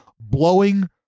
blowing